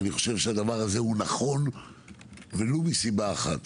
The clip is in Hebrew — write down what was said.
אני חושב שהדבר הזה הוא נכון ולו מסיבה אחת,